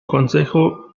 consejo